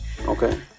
Okay